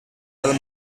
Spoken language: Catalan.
del